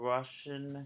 Russian